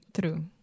true